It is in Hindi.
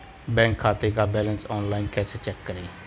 बैंक खाते का बैलेंस ऑनलाइन कैसे चेक करें?